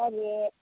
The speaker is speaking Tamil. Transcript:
சரி